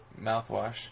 mouthwash